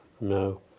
No